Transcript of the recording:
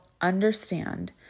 understand